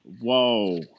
Whoa